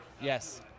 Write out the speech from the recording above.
Yes